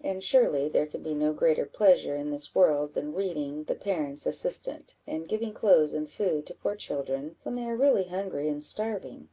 and surely there can be no greater pleasure in this world, than reading the parent's assistant and giving clothes and food to poor children when they are really hungry and starving?